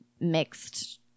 mixed